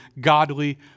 godly